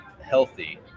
healthy